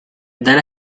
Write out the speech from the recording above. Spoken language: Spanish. dan